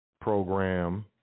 program